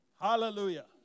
Hallelujah